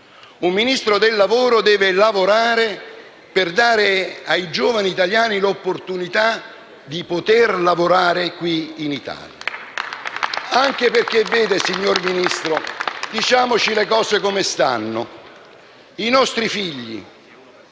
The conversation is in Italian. un Ministro del lavoro deve lavorare per dare ai giovani italiani l'opportunità di poter lavorare qui in Italia. *(Applausi dal Gruppo FI-PdL XVII)*. Signor Ministro, diciamoci le cose come stanno: i nostri figli,